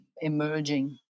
emerging